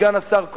סגן השר כהן,